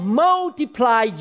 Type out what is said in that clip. multiply